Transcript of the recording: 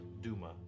Duma